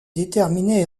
déterminé